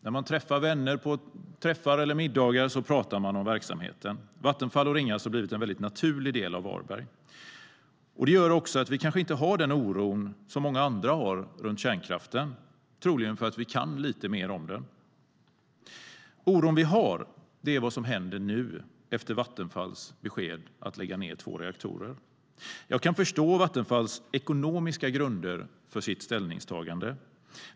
När man träffar vänner eller vid middagar talar man om verksamheten. Vattenfall och Ringhals har blivit en väldigt naturlig del av Varberg. Det gör också att vi kanske inte har den oro som många andra har för kärnkraften, troligen för att vi kan lite mer om den. Oron vi har är över vad som händer nu efter Vattenfalls besked om att man ska lägga ned två reaktorer. Jag kan förstå Vattenfalls ekonomiska grunder för sitt ställningstagande.